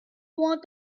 want